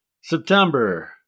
September